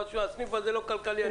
הסניף הזה לא כלכלי,